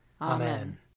Amen